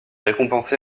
récompensé